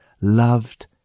loved